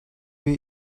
wir